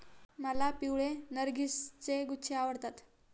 मला पिवळे नर्गिसचे गुच्छे आवडतात